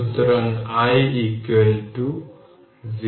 সুতরাং i 0